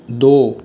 दो